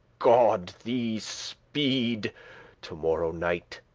god thee speed to-morrow night,